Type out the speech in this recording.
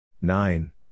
nine